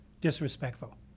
disrespectful